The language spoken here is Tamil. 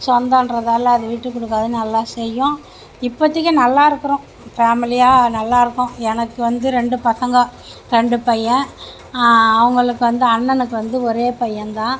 சொந்தம்றதால அது விட்டு கொடுக்காது நல்லா செய்யும் இப்போத்திக்கி நல்லா இருக்கிறோம் ஃபேமிலியாக நல்லா இருக்கோம் எனக்கு வந்து ரெண்டு பசங்க ரெண்டு பையன் அவர்களுக்கு வந்து அண்ணனுக்கு வந்து ஒரே பையன் தான்